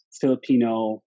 filipino